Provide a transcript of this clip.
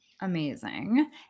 Amazing